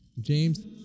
James